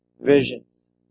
visions